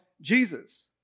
Jesus